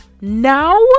now